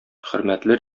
хөрмәтле